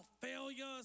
failures